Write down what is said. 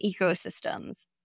ecosystems